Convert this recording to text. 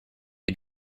you